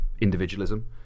individualism